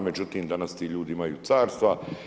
Međutim, danas ti ljudi imaju carstva.